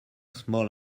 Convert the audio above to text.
small